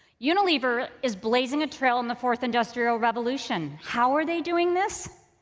unilever is blazing a trail in the fourth industrial revolution. how are they doing this?